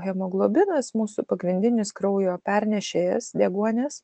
hemoglobinas mūsų pagrindinis kraujo pernešėjas deguonies